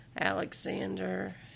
Alexander